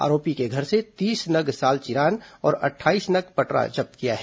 आरोपी के घर से तीस नग साल चिरान और अट्ठाईस नग पटरा जब्त किया गया है